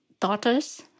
daughters